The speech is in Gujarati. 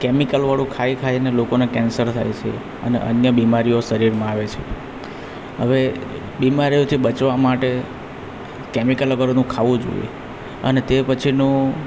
કેમિકલવાળું ખાઈ ખાઈને લોકોને કેન્સર થાય છે અને અન્ય બીમારીઓ શરીરમાં આવે છે હવે બીમારીઓથી બચવા માટે કેમિકલ વગરનું ખાવું જોઈએ અને તે પછીનું